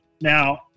now